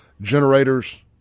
generators